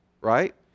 right